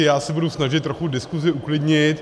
Já se budu snažit trochu diskusi uklidnit.